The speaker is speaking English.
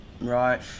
right